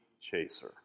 chaser